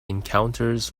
encounters